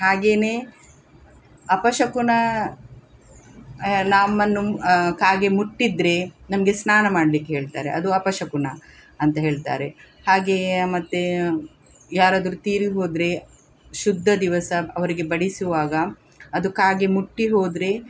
ಹಾಗೆಯೇ ಅಪಶಕುನ ನಮ್ಮನ್ನು ಕಾಗೆ ಮುಟ್ಟಿದರೆ ನಮಗೆ ಸ್ನಾನ ಮಾಡ್ಲಿಕ್ಕೆ ಹೇಳ್ತಾರೆ ಅದು ಅಪಶಕುನ ಅಂತ ಹೇಳ್ತಾರೆ ಹಾಗೆಯೇ ಮತ್ತು ಯಾರಾದ್ರೂ ತೀರಿ ಹೋದರೆ ಶುದ್ಧ ದಿವಸ ಅವರಿಗೆ ಬಡಿಸುವಾಗ ಅದು ಕಾಗೆ ಮುಟ್ಟಿ ಹೋದರೆ